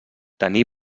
taní